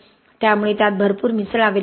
त्यामुळे त्यात भरपूर मिसळावे लागते